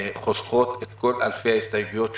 חוסכות את כל אלפי ההסתייגויות שהוגשו.